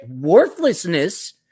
worthlessness